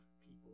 people